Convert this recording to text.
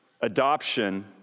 adoption